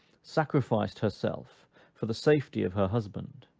sacrificed herself for the safety of her husband.